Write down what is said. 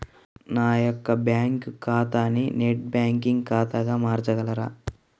నా యొక్క బ్యాంకు ఖాతాని నెట్ బ్యాంకింగ్ ఖాతాగా మార్చగలరా?